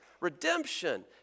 redemption